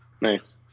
nice